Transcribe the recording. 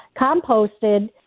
composted